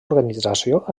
organització